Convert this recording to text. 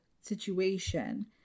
situation